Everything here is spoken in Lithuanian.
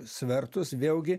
svertus vėlgi